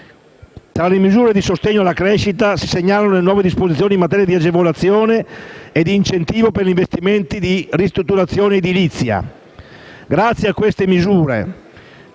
Tra le misure di sostegno alla crescita si segnalano le nuove disposizioni in materia di agevolazione e di incentivo per gli investimenti in ristrutturazione edilizia. Grazie a queste misure,